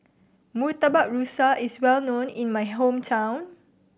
Murtabak Rusa is well known in my hometown